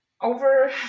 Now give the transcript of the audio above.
over